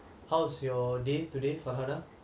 how's your day today farhanah